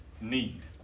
need